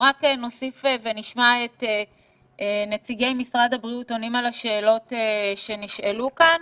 נוסיף ונשמע את נציגי משרד הבריאות עונים על השאלות שנשאלו כאן.